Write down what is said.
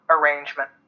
arrangement